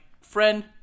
friend